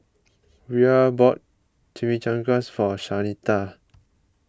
Rhea bought Chimichangas for Shanita